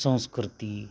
संस्कृती